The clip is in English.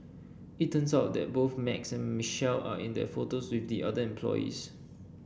it turns out that both Max and Michelle are in the photos with the other employees